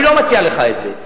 אני לא מציע לך את זה,